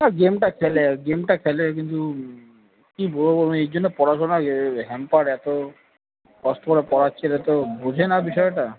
হ্যাঁ গেমটা খেলে গেমটা খেলে কিন্তু কি বলবো এই জন্য পড়াশোনার যে হ্যাম্পার এত কষ্ট করে পড়াচ্ছে এরা তো বোঝে না বিষয়টা